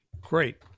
Great